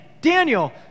Daniel